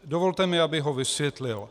Dovolte mi, abych ho vysvětlil.